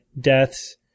deaths